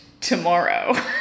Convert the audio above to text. Tomorrow